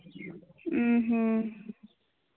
ᱩᱸ ᱦᱩᱸ